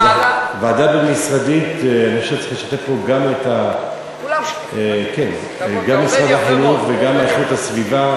אני חושב שצריך לשתף פה גם את משרד החינוך וגם את איכות הסביבה.